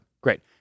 great